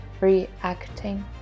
reacting